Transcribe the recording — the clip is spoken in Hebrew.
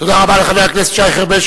תודה רבה לחבר הכנסת שי חרמש,